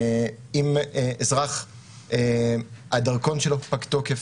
אם הדרכון של אזרח פג תוקף,